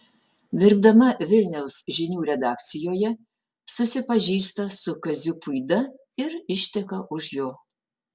dirbdama vilniaus žinių redakcijoje susipažįsta su kaziu puida ir išteka už jo